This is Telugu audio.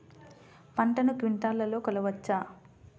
పంటను క్వింటాల్లలో కొలవచ్చా?